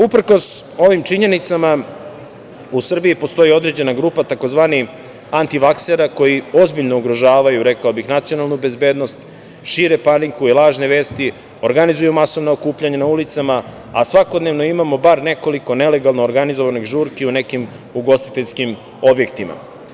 Uprkos ovim činjenicama u Srbiji postoji određena grupa tzv. antivaksera koji ozbiljno ugrožavaju, rekao bih, nacionalnu bezbednost, šire paniku i lažne vesti, organizuju masovna okupljanja na ulicama, a svakodnevno imamo bar nekoliko nelegalno organizovanih žurki u nekim ugostiteljskim objektima.